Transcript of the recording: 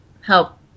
help